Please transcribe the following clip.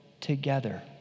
together